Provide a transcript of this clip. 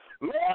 Lord